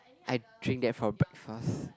I drink that for breakfast